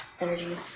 energy